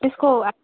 त्यसको